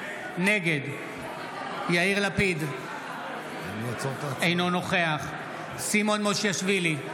נגד יאיר לפיד, אינו נוכח סימון מושיאשוילי,